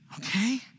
okay